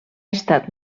estat